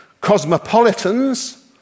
Cosmopolitans